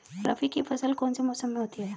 रबी की फसल कौन से मौसम में होती है?